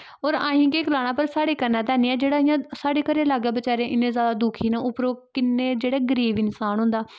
होर असें केह् गलाना साढ़े कन्नै ते हैनी ऐ पर इ'यां साढ़े घरै दे लाग्गे बचैरे इन्ने जैदा दुखी न उप्परों किन्ने जेह्ड़े गरीब इंसान होंदा